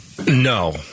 No